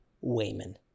Wayman